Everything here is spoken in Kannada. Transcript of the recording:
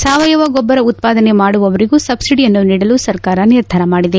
ಸಾವಯವ ಗೊಬ್ಬರ ಉತ್ಪಾದನೆ ಮಾಡುವವರಿಗೂ ಸಬ್ಲಡಿಯನ್ನು ನೀಡಲು ಸರ್ಕಾರ ನಿರ್ಧಾರ ಮಾಡಿದೆ